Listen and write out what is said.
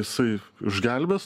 jisai išgelbės